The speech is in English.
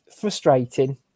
frustrating